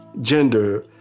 gender